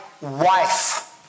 wife